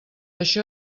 això